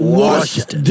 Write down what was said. washed